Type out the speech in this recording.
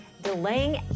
delaying